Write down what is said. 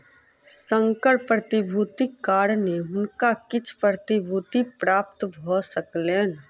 संकर प्रतिभूतिक कारणेँ हुनका किछ प्रतिभूति प्राप्त भ सकलैन